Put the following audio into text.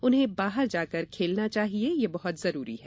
उन्हें बाहर जाकर खेलना चाहिए यह बहत जरूरी है